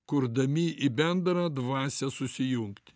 kurdami į bendrą dvasią susijungti